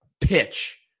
pitch